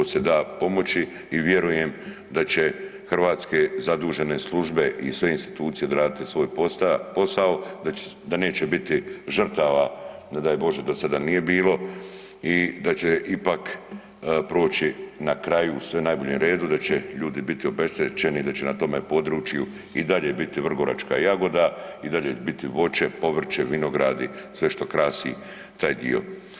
da pomoći i vjerujem da će hrvatske zadužene službe i sve institucije odraditi svoj posa, posao, da neće biti žrtava, ne daj Bože, do sada nije bilo i da će ipak proći na kraju sve u najboljem redu, da će ljudi biti obeštećeni i da će na tome području i dalje biti vrgoračka jagoda i dalje će biti voće, povrće, vinogradi, sve što krasi taj dio.